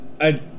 I-